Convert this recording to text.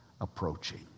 approaching